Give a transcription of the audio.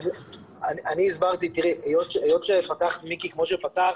היות שאמרת כמו שאמרת,